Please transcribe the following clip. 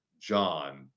John